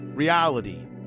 reality